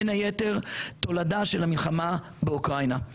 בין היתר תולדה של המלחמה באוקראינה.